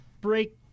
break